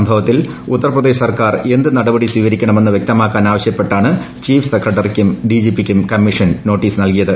സംഭവത്തിൽ ഉത്തർപ്രദേശ് സർക്കാർ എന്ത് നടപടി സ്വീകരിക്കണമെന്ന് വ്യക്തമാക്കാൻ ആവശ്യപ്പെട്ടാണ് ചീഫ് സെക്രട്ടറിക്കും ഡിജിപിക്കും കമ്മീഷൻ നോട്ടീസ് ് നൽകിയത്